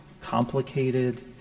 complicated